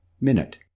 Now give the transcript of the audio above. minute